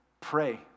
pray